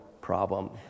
problem